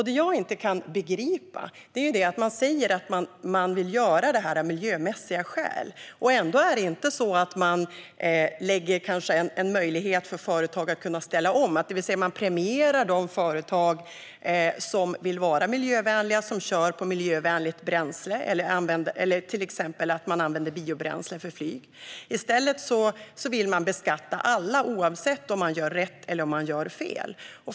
Det jag inte kan begripa är detta: Man säger att man vill göra det här av miljömässiga skäl, men ändå ger man inte någon möjlighet för företag att ställa om. Man premierar inte de företag som vill vara miljövänliga, som kör på miljövänligt bränsle eller som använder biobränsle för flyg. I stället vill man beskatta alla, oavsett om de gör rätt eller om de gör fel.